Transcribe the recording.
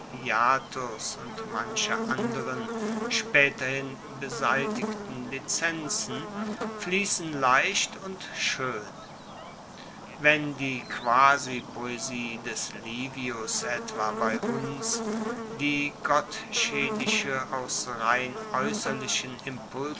und mancher anderen spaeterhin beseitigten lizenzen fliessen leicht und schoenen wenn die quasipoesie des livius etwa wie bei uns die gottschedische aus rein